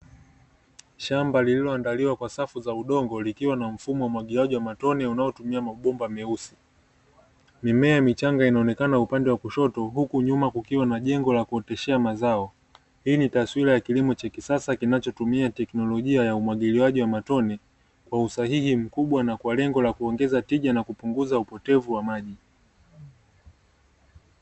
Shamba lililo andaliwa kwa safu za udongo likiwa na mfumo wa umwagiliaji wa matone, unatomia mabomba meusi, mimea michanga inaonekana upande wa kushoto huku nyuma kukiwa na jengo la kuoteshea mazao. Hii ni taswira ya kilimo cha kisasa kinachotumia teknolojia ya umwagiliaji wa matone, kwa usahihi mkubwa na kwa lengo la kuongeza tija, na kupunguza upotevu wa maji.